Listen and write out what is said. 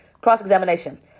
Cross-examination